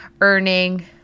earning